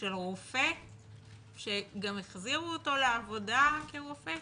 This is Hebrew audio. של רופא שגם החזירו אותו לעבודה כרופא,